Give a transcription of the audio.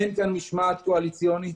אין פה משמעת קואליציונית.